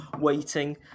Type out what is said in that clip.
waiting